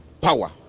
power